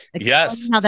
Yes